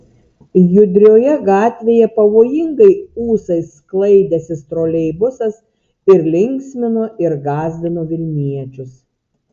judrioje gatvėje pavojingai ūsais sklaidęsis troleibusas ir linksmino ir gąsdino vilniečius